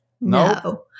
No